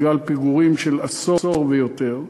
בגלל פיגורים של עשור ויותר,